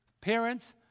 parents